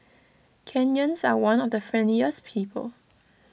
Kenyans are one of the friendliest people